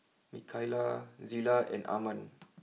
Mikaila Zela and Armand